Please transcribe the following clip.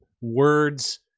words